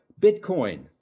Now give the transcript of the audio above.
Bitcoin